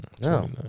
No